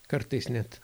kartais net